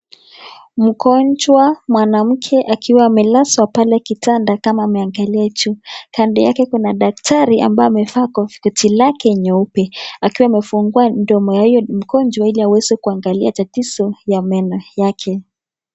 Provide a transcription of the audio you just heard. Mgonjwa mwanamke akiwa amelaswa pale kitanda kama ameangalia juu Kando yake kuna daktari ambaye amefaa koti lake nyeupe akiwa amefungua mdomo ya huyo ili aweze kuangalia tatizo la meno yake.